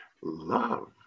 love